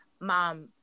mom